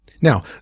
Now